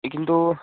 কিন্তু